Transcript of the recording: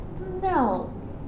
no